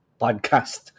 podcast